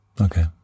Okay